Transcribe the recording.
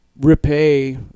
repay